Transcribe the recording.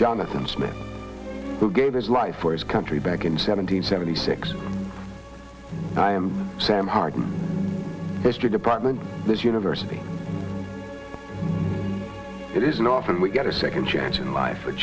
jonathan smith who gave his life for his country back in seventeen seventy six i am sam hardock history department this university it isn't often we get a second chance in life